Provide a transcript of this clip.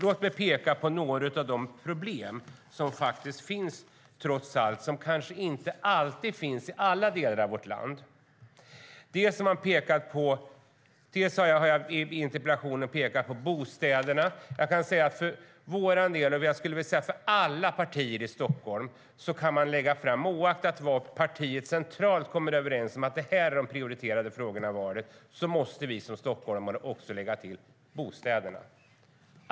Låt mig peka på några av de problem som trots allt finns och som kanske inte alltid finns i alla delar av vårt land. I interpellationen har jag pekat på bostäderna. Alla partier i Stockholm, oaktat vilka frågor partiet kommer överens om att prioritera centralt, måste också lägga till bostäderna.